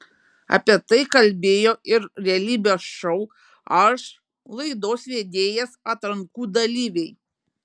apie tai kalbėjo ir realybės šou aš laidos vedėjas atrankų dalyviai